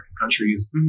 countries